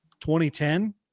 2010